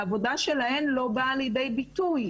העבודה שלהן לא באה לידי ביטוי,